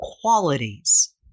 qualities